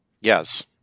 Yes